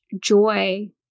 joy